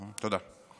תודה.